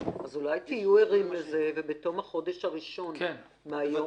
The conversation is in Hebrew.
--- אז אולי תהיו ערים לזה ובתום החודש הראשון מהיום